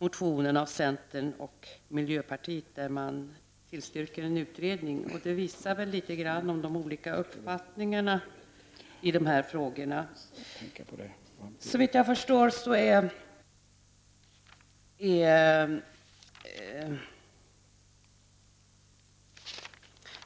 nr 2 av centern och miljöpartiet, och man tillstyrker en utredning. Detta visar väl litet grand hur olika uppfattningarna är i dessa frågor.